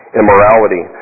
immorality